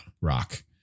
rock